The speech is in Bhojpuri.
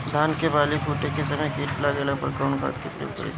धान के बाली फूटे के समय कीट लागला पर कउन खाद क प्रयोग करे के चाही?